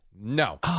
No